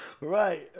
Right